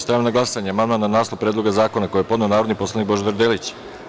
Stavljam na glasanje amandman na naslov Predloga zakona koji je podneo narodni poslanik Božidar Delić.